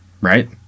Right